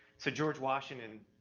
so george washington,